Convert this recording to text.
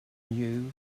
new